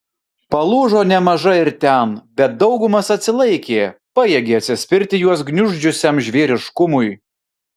palūžo nemaža ir ten bet daugumas atsilaikė pajėgė atsispirti juos gniuždžiusiam žvėriškumui